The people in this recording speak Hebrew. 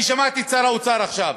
אני שמעתי את שר האוצר עכשיו,